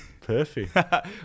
Perfect